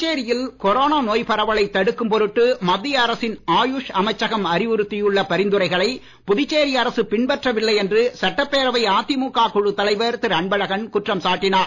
புதுச்சேரியில் கொரோனா நோய்ப் பரவலைத் தடுக்கும் பொருட்டு மத்திய அரசின் ஆயுஷ் அமைச்சகம் அறிவுறுத்தியுள்ள பரிந்துரைகளை புதுச்சேரி அரசு பின்பற்றவில்லை என்று சட்டபேரவை அதிமுக குழுத் தலைவர் திரு அன்பழகன் குற்றம் சாட்டினார்